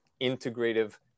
integrative